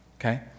Okay